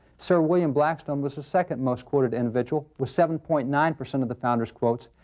sir william blackstone was the second most quoted individual, with seven point nine percent of the founders' quotes.